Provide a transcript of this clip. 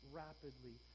rapidly